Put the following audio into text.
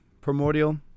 primordial